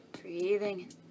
breathing